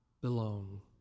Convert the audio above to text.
belong